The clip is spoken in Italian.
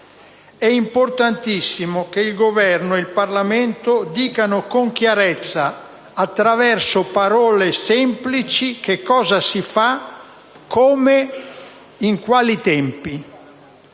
È importantissimo che il Governo e il Parlamento dicano con chiarezza, attraverso parole semplici, che cosa si fa, come e in quali tempi.